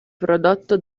prodotto